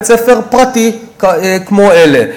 בית-ספר פרטי כמו אלה,